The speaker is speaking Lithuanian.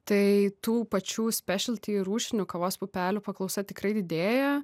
tai tų pačių spešil ty rūšinių kavos pupelių paklausa tikrai didėja